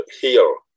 heal